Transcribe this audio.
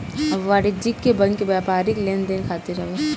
वाणिज्यिक बैंक व्यापारिक लेन देन खातिर हवे